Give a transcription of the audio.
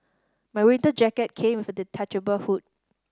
my winter jacket came with a detachable hood